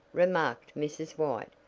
remarked mrs. white,